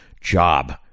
job